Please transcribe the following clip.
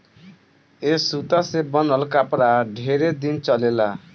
ए सूता से बनल कपड़ा ढेरे दिन चलेला